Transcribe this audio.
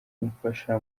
umfasha